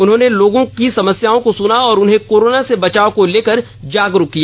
उन्होंने लोगों की समस्याओं को सुना और उन्हें कोरोना से बचाव को लेकर जागरूक किया